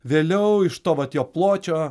vėliau iš to vat jo pločio